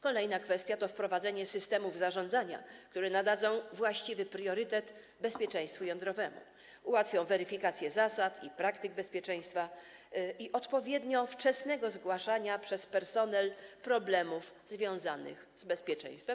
Kolejna kwestia to wprowadzenie systemów zarządzania, które nadadzą właściwy priorytet bezpieczeństwu jądrowemu, ułatwią weryfikację zasad i praktyk bezpieczeństwa oraz odpowiednio wczesnego zgłaszania przez personel problemów związanych z bezpieczeństwem.